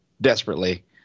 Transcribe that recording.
desperately